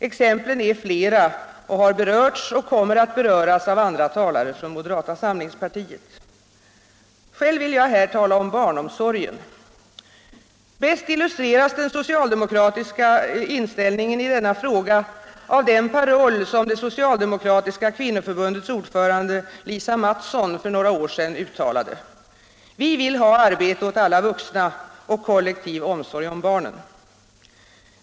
Exemplen är flera och har berörts och kommer att beröras av andra talare från moderata samlingspartiet. Själv vill jag här tala om barnomsorgen. Bäst illustreras den socialdemokratiska inställningen i denna fråga av den paroll som det socialdemokratiska kvinnoförbundets ordförande, Lisa Mattson, för några år sedan uttalade: Vi vill ha arbete åt alla vuxna och kollektiv omsorg om barnen.